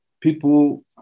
people